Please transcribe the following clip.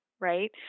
right